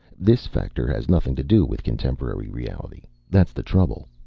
this factor has nothing to do with contemporary reality. that's the trouble.